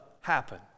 happen